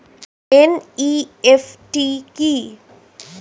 NEFT কি?